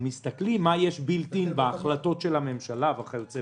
אנחנו מסתכלים מה יש בילד-אין בהחלטות של הממשלה וכיוצא בזה.